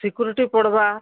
security ପଡ଼ିବା